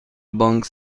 بانک